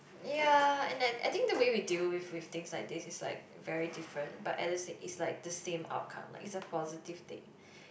ya and I I think the way we deal with with things like this is like very different but at the same its like the same outcome like its a positive thing